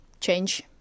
change